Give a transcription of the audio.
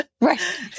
Right